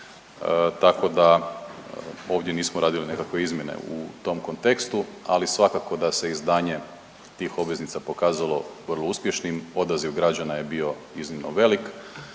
tako da ovdje nismo radili nekakve izmjene u tom kontekstu, ali svakako da se izdanje tih obveznica pokazalo vrlo uspješnim. Odaziv građana je bio izuzetno velik.